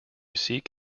seek